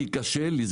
כי קשה לי,